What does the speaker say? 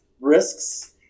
risks